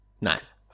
Nice